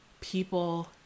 People